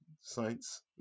science